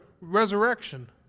resurrection